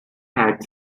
had